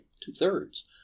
two-thirds